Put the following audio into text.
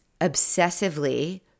obsessively